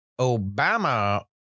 Obama